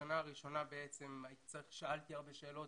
בשנה הראשונה שאלתי הרבה שאלות,